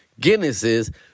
Guinnesses